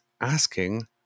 asking